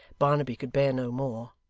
barnaby could bear no more,